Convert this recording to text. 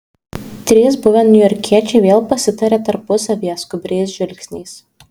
trys buvę niujorkiečiai vėl pasitarė tarpusavyje skubriais žvilgsniais